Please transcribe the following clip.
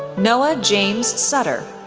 noah james sutter,